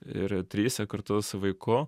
ir tryse kartu su vaiku